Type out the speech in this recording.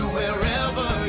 wherever